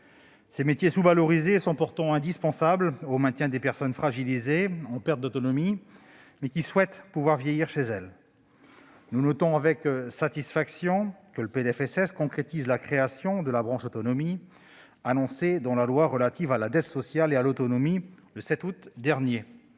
Ces métiers sous-valorisés sont en effet indispensables au maintien des personnes fragilisées, qui sont en perte d'autonomie, mais qui souhaitent pouvoir vieillir chez elles. Nous notons avec satisfaction que le PLFSS concrétise la création de la branche autonomie, annoncée dans la loi relative à la dette sociale et à l'autonomie du 7 août dernier.